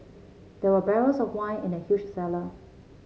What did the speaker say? there were barrels of wine in the huge cellar